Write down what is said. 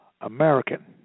American